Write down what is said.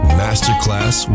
masterclass